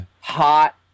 hot